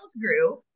grew